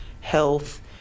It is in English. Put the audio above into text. health